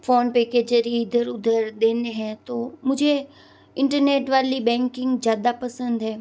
PhonePe के ज़रिए इधर उधर देना है तो मुझे इंटरनेट वाली बैंकिंग ज़्यादा पसंद है